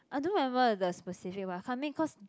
I don't remember the specific one cause